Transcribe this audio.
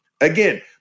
Again